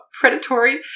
Predatory